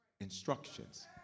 Instructions